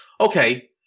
Okay